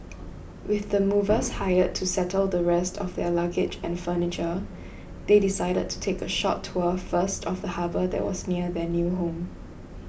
with the movers hired to settle the rest of their luggage and furniture they decided to take a short tour first of the harbour that was near their new home